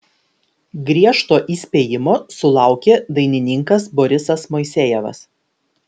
griežto įspėjimo sulaukė dainininkas borisas moisejevas